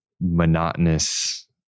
monotonous